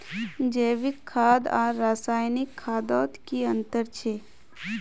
जैविक खाद आर रासायनिक खादोत की अंतर छे?